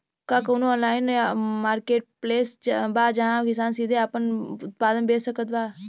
का कउनों online marketplace बा जहां किसान सीधे आपन उत्पाद बेच सकत बा?